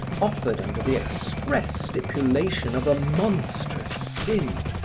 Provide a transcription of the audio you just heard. offered under the express stipulation of a monstrous sin?